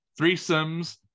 threesomes